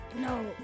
no